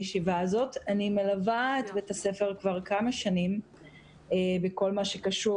אני מלווה את בית הספר כבר כמה שנים בכל מה שקשור